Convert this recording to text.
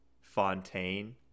fontaine